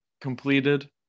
completed